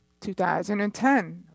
2010